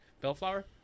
Bellflower